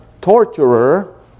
torturer